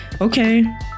okay